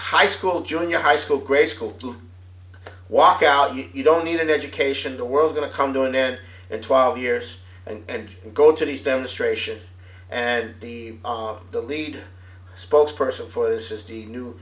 high school junior high school grade school too walk out you don't need an education the world's going to come to an end in twelve years and go to these demonstrations and be the lead spokes person for this is the new